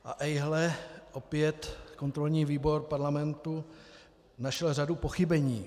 A ejhle, opět kontrolní výbor Parlamentu našel řadu pochybení.